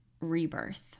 rebirth